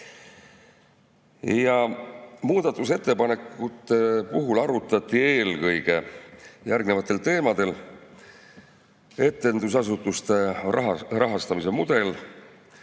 Muudatusettepanekute puhul arutleti eelkõige järgnevatel teemadel: etendusasutuste rahastamise mudel,